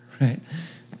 right